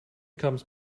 comes